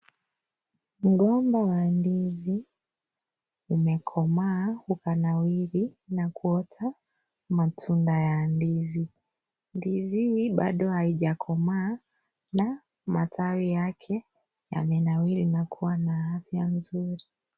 Mgomba wa ndizi, umekomaa ukanawili, na kuota, matunda ya ndizi, ndizi hii bado haijakomaa na, matawi yake yamenawili na kuwa na afya nzuri.